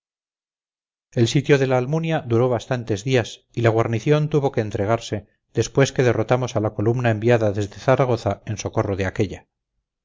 el sitio de la almunia duró bastantes días y la guarnición tuvo que entregarse después que derrotamos a la columna enviada desde zaragoza en socorro de aquella